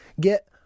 get